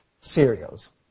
cereals